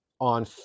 on